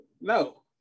no